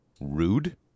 rude